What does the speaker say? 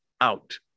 out